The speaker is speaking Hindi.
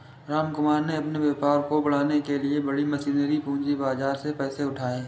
रामकुमार ने अपने व्यापार को बढ़ाने के लिए बड़ी मशीनरी पूंजी बाजार से पैसे उठाए